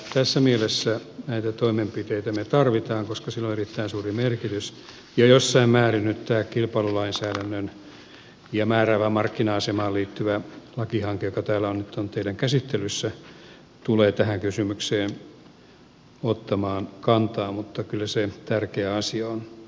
tässä mielessä me tarvitsemme näitä toimenpiteitä koska sillä on erittäin suuri merkitys ja jossain määrin nyt tämä kilpailulainsäädäntöön ja määräävään markkina asemaan liittyvä lakihanke joka täällä nyt on teidän käsittelyssä tulee tähän kysymykseen ottamaan kantaa mutta kyllä se tärkeä asia on